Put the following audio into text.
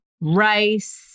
rice